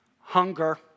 hunger